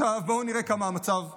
עכשיו, בואו נראה כמה המצב מעוות: